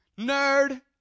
Nerd